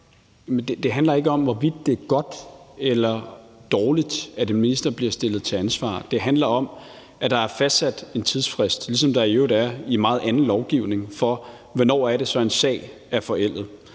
Det handler ikke om, hvorvidt det er godt eller dårligt, at en minister bliver stillet til ansvar. Det handler om, at der er fastsat en tidsfrist, ligesom der i øvrigt er i meget andet lovgivning, for, hvornår det så er, en sag er forældet.